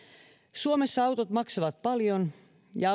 suomessa autot maksavat paljon ja